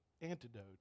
antidote